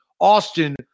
Austin